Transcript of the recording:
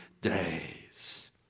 days